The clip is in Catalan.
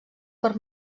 per